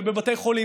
ובבתי חולים.